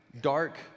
dark